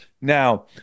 Now